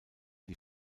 die